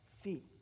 feet